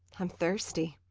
i'm thirsty.